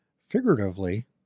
figuratively